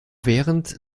während